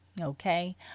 Okay